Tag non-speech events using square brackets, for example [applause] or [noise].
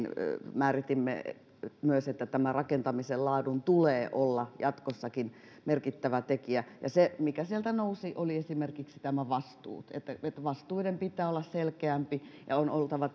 määritimme myös että rakentamisen laadun tulee olla jatkossakin merkittävä tekijä se mikä sieltä nousi oli esimerkiksi tämä vastuu että vastuiden pitää olla selkeämpiä ja on oltava [unintelligible]